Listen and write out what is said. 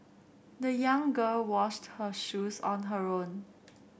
the young girl washed her shoes on her own